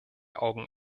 augen